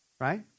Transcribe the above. Right